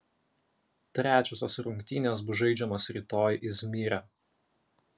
trečiosios rungtynės bus žaidžiamos rytoj izmyre